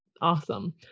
awesome